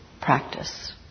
practice